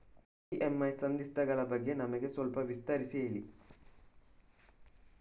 EMI ಸಂಧಿಸ್ತ ಗಳ ಬಗ್ಗೆ ನಮಗೆ ಸ್ವಲ್ಪ ವಿಸ್ತರಿಸಿ ಹೇಳಿ